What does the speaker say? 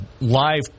live